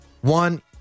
One